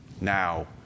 now